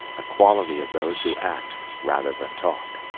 a quality of those who act rather than talk.